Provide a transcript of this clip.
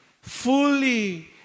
fully